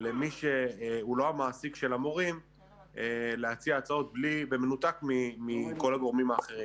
למי שהוא לא המעסיק של המורים להציע הצעות במנותק מכל הגורמים האחרים.